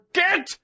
get